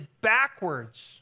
backwards